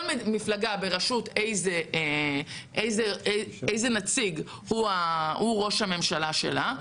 כל מפלגה בראשות איזה נציג הוא ראש הממשלה שלה.